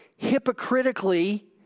hypocritically